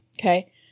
Okay